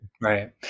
Right